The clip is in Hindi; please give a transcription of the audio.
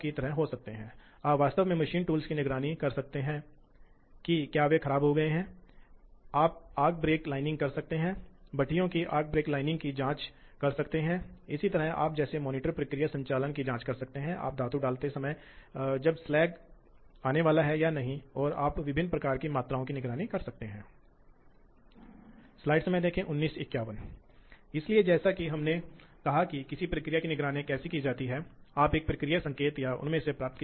तो हम कर सकते हैं मोटर्स के मामले में हमारे पास चरण मोटर ड्राइव हो सकते हैं हमारे पास चरण मोटर ड्राइव हो सकते हैं या हाइड्रोलिक ड्राइव के मामले में हमारे पास आनुपातिक वाल्व होते हैं जहां हम बस एक कमांड और एक आनुपातिक बल या विस्थापन देते हैं